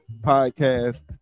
Podcast